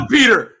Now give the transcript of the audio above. Peter